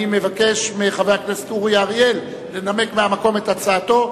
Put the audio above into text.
אני מבקש מחבר הכנסת אורי אריאל לנמק מהמקום את הצעתו,